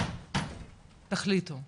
תחליטו.